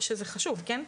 שזה חשוב כן?